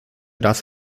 raz